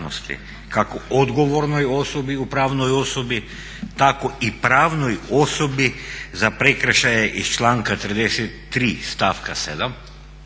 kako odgovornoj osobi u pravnoj osobi, tako i pravnoj osobi za prekršaje iz članka 33. stavka 7.